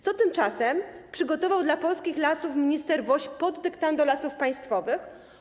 Co tymczasem przygotował dla polskich lasów minister Woś pod dyktando Lasów Państwowych?